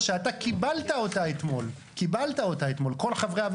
אני מעדכן שיש לנו אישור לקיים את הדיון הזה עד 12:00. רגע,